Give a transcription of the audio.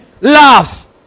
laughs